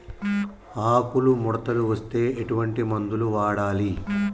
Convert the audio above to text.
ఆకులు ముడతలు వస్తే ఎటువంటి మందులు వాడాలి?